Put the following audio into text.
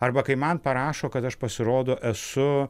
arba kai man parašo kad aš pasirodo esu